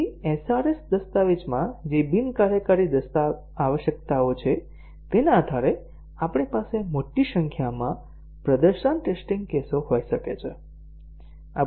SRS દસ્તાવેજમાં જે બિન કાર્યકારી આવશ્યકતાઓ છે તેના આધારે આપણી પાસે મોટી સંખ્યામાં પ્રદર્શન ટેસ્ટીંગ કેસો હોઈ શકે છે